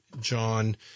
John